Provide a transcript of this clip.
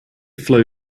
flow